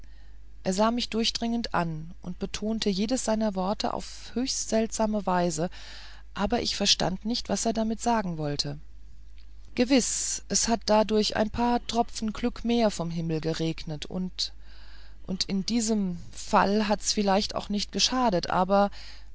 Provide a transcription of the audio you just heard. er sah mich durchdringend an und betonte jedes seiner worte auf höchst seltsame weise aber ich verstand nicht was er damit wollte gewiß es hat dadurch ein paar tropfen glück mehr vom himmel geregnet und und in diesem fall hat's vielleicht auch nicht geschadet aber